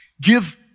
Give